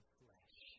flesh